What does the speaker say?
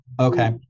Okay